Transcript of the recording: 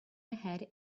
ahead